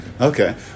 Okay